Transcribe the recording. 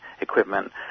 equipment